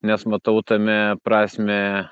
nes matau tame prasmę